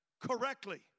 correctly